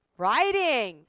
writing